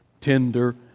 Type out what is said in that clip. tender